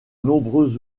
nombreux